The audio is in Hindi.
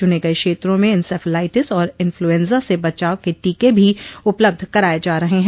चुने गये क्षेत्रों में इनसेफेलाइटिस और इन्फ्लुएन्जा से बचाव के टीके भी उपलब्ध कराए जा रहे हैं